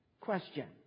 question